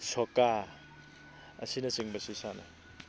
ꯁꯣꯀꯥ ꯑꯁꯤꯅ ꯆꯤꯡꯕꯁꯤ ꯁꯥꯟꯅꯩ